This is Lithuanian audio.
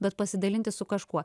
bet pasidalinti su kažkuo